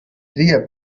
tria